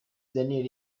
daniel